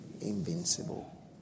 invincible